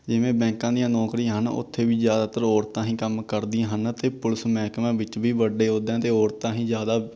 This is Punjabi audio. ਜਿਵੇਂ ਬੈਂਕਾਂ ਦੀਆਂ ਨੌਕਰੀਆਂ ਹਨ ਉੱਥੇ ਵੀ ਜ਼ਿਆਦਾਤਰ ਔਰਤਾਂ ਹੀ ਕੰਮ ਕਰਦੀਆਂ ਹਨ ਅਤੇ ਪੁਲਸ ਮਹਿਕਮਾਂ ਵਿੱਚ ਵੀ ਵੱਡੇ ਅਹੁਦਿਆਂ 'ਤੇ ਔਰਤਾਂ ਹੀ ਜ਼ਿਆਦਾ